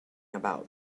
about